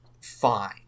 fine